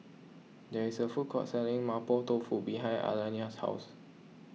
there is a food court selling Mapo Tofu behind Aliana's house